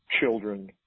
Children